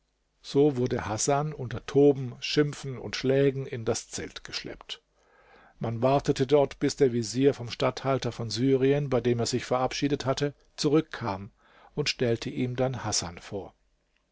so wurde hasan unter toben schimpfen und schlägen in das zelt geschleppt man wartete dort bis der vezier vom statthalter von syrien bei dem er sich verabschiedet hatte zurückkam und stellte ihm dann hasan vor